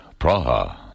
Praha